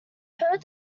heard